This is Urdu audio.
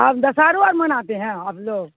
اب دسہاروں اورار مناتے ہیں اب لوگ